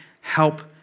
help